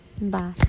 Bye